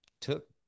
took